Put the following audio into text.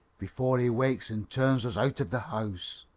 before he wakes and turns us out of the house.